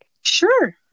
sure